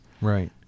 Right